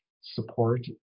Support